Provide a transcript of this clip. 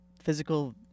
physical